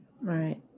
Right